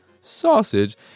Sausage